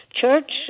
Church